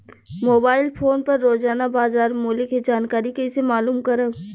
Mobile phone पर रोजाना बाजार मूल्य के जानकारी कइसे मालूम करब?